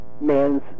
man's